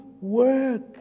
work